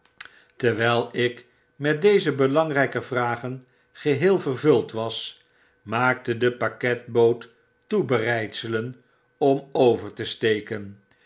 terwijl ik met deze belangryke vragen geheel vervuld was maakte de pakketboot toebereidselen om over te steken